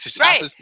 Right